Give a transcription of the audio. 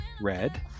Red